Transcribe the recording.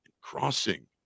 Crossing